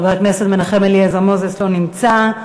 לא נמצא.